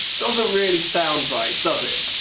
doesn't really sound right, does it?